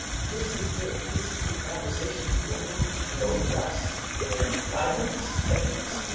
this is it. this is the conversation you want to go from hello to yes in five minutes? ten minutes?